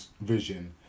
vision